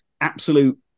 absolute